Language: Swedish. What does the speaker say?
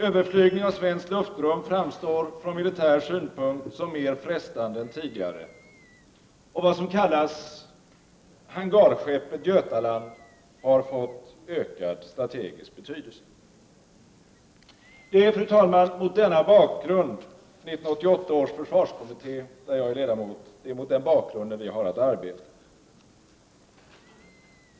Överflygning av svenskt luftrum framstår från militär synpunkt som mer frestande än tidigare, och vad som kallas hangarskeppet Götaland har fått ökad strategisk betydelse. Det är, fru talman, mot denna bakgrund 1988 års försvarskommitté, där jag är ledamot, har att arbeta.